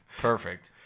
Perfect